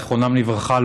זיכרונם לברכה,